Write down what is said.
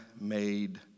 made